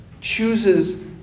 chooses